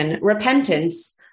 repentance